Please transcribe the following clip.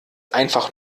einfach